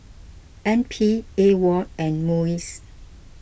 N P Awol and Muis